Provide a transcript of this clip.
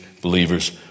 believers